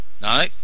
No